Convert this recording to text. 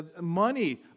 money